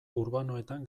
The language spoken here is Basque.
urbanoetan